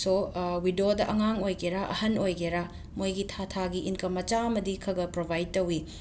ꯁꯣ ꯋꯤꯗꯣꯗ ꯑꯉꯥꯡ ꯑꯣꯏꯒꯦꯔ ꯑꯍꯟ ꯑꯣꯏꯒꯦꯔ ꯃꯣꯏꯒꯤ ꯊꯥ ꯊꯥꯒꯤ ꯏꯟꯀꯝ ꯃꯆꯥ ꯑꯃꯗꯤ ꯈꯒ ꯄ꯭ꯔꯣꯕꯥꯏꯗ ꯇꯧꯏ